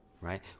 Right